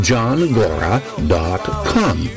JohnGora.com